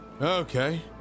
Okay